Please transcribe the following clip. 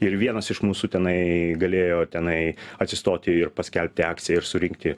ir vienas iš mūsų tenai galėjo tenai atsistoti ir paskelbti akciją ir surinkti